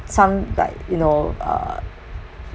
some like you know uh